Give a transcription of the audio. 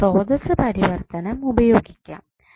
നമുക്ക് സ്രോതസ്സ് പരിവർത്തനം ഉപയോഗിക്കാം